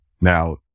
now